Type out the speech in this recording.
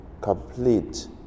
complete